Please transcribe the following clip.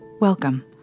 Welcome